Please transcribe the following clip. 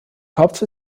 kopf